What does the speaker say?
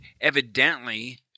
evidently